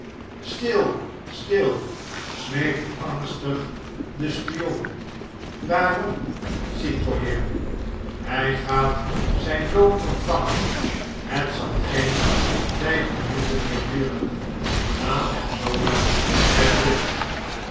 slil stil smeekt angstig de spion waarom citoyen hjj gaat zgn loon ontvangen het zal geen vjjf minuten meer duren laat hem zoolang met rust